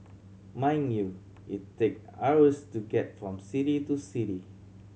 mind you it take hours to get from city to city